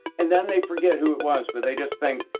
and then they forget who it was, but they just think,